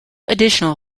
additional